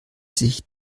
sich